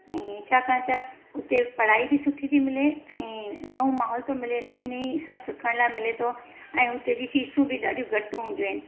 ऐं छाकाणि त उते पढ़ाई बि सुठी थी मिले ऐं नओं माहौल थो मिले नईं नईं सभु सिखण लाइ मिले थो ऐं हिते जी फीसूं बि ॾाढी घटि हुंदियूं आहिनि